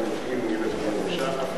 ירושה,